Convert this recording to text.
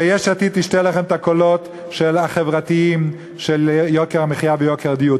ויש עתיד תשתה לכם את הקולות החברתיים של יוקר המחיה ויוקר הדיור.